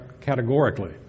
categorically